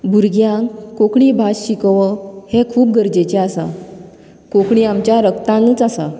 भुरग्यांक कोंकणी भास शिकोवप हे खूब गरजेचें आसा कोंकणी आमच्या रक्तानूच आसा